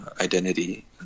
identity